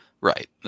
Right